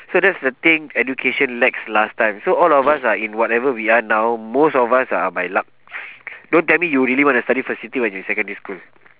so that's the thing education lacks last time so all of us are in whatever we are now most of us are by luck don't tell me you really want to study facility when you in secondary school